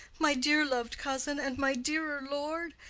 my dear-lov'd cousin, and my dearer lord?